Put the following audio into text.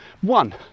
one